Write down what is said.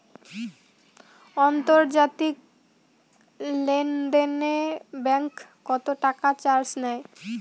আন্তর্জাতিক লেনদেনে ব্যাংক কত টাকা চার্জ নেয়?